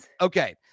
Okay